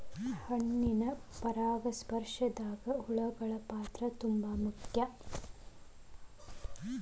ಹಣ್ಣಿನ ಪರಾಗಸ್ಪರ್ಶದಾಗ ಹುಳಗಳ ಪಾತ್ರ ತುಂಬಾ ಮುಖ್ಯ